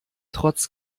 trotz